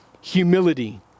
humility